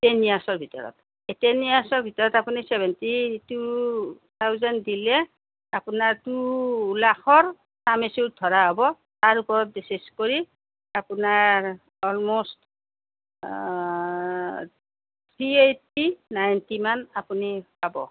ten ইয়াৰ্ছৰ ভিতৰত এই টেন ইয়াৰ্ছৰ ভিতৰত আপুনি চেভেণ্টি টু থাওজেণ্ড দিলে আপোনাৰ টু লাখৰ চাম এচিয়ৰ ধৰা হ'ব তাৰ ওপৰত বেচিচ কৰি আপোনাৰ অলমষ্ট থ্ৰি এইটটি নাইনটিমান আপুনি পাব